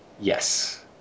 yes